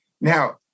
Now